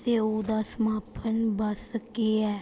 स्येऊ दा समापन बस केह् ऐ